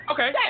Okay